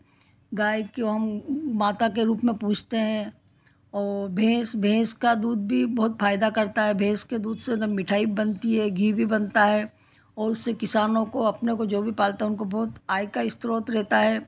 गाय क्यों माता के रूप में पूजते हैं और भैंस भैंस का दूध भी बहुत फ़ायदा करता है भैंस के दूध से दम मिठाई बनती है घी भी बनता है और उसे किसानों को अपने को जो भी पलता उनको बहुत आय का स्रोत रहता है